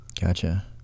Gotcha